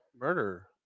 murder